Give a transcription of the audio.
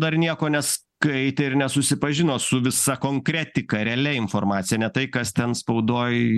dar nieko neskaitė ir nesusipažino su visa konkretika realia informacija net tai kas ten spaudoj